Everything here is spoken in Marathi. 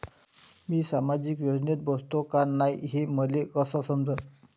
मी सामाजिक योजनेत बसतो का नाय, हे मले कस समजन?